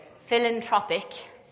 Philanthropic